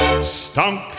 stunk